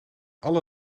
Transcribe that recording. alle